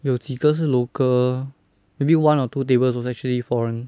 有几个是 local maybe one or two tables was actually foreign